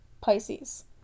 Pisces